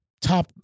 top